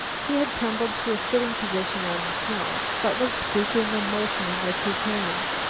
he had tumbled to a sitting position on the snow, but was speaking and motioning with his hands.